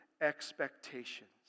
expectations